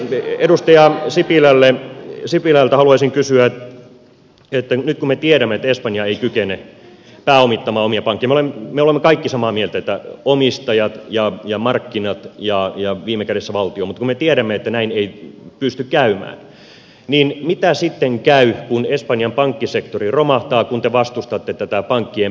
edustaja sipilältä haluaisin kysyä että nyt kun me tiedämme että espanja ei kykene pääomittamaan omia pankkejaan me olemme kaikki samaa mieltä että omistajat ja markkinat ja viime kädessä valtio mutta kun me tiedämme että näin ei pysty käymään niin mitä sitten käy kun espanjan pankkisektori romahtaa kun te vastustatte tätä pankkien pääomitusta